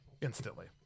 Instantly